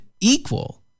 equal